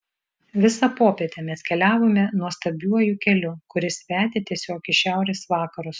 visą popietę mes keliavome nuostabiuoju keliu kuris vedė tiesiog į šiaurės vakarus